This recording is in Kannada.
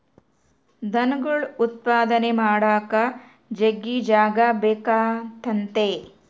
ದನಗುಳ್ ಉತ್ಪಾದನೆ ಮಾಡಾಕ ಜಗ್ಗಿ ಜಾಗ ಬೇಕಾತತೆ